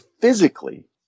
physically